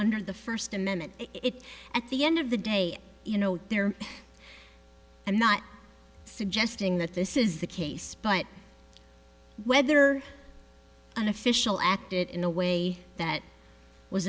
under the first amendment it at the end of the day you know there i'm not suggesting that this is the case but whether an official acted in a way that was